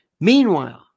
Meanwhile